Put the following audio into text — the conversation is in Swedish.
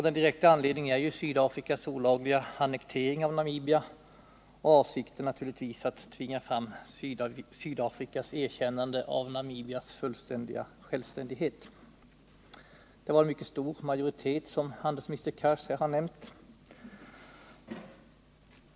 Den direkta anledningen är Sydafrikas olagliga annektering av Namibia, och avsikten är naturligtvis att tvinga fram ett Sydafrikas erkännande av Namibias fullständiga självständighet. Det var, som handelsminister Cars har nämnt, en mycket stor majoritet som fattade detta beslut.